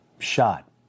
shot